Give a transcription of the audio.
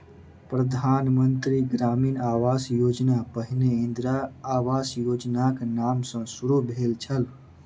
प्रधान मंत्री ग्रामीण आवास योजना पहिने इंदिरा आवास योजनाक नाम सॅ शुरू भेल छल